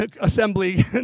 assembly